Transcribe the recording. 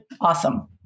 Awesome